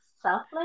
selfless